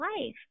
life